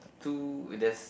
two there's